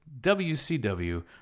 WCW